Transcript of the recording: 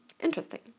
Interesting